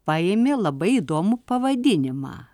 paėmė labai įdomų pavadinimą